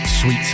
Sweet